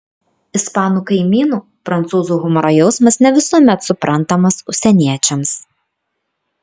ispanų kaimynų prancūzų humoro jausmas ne visuomet suprantamas užsieniečiams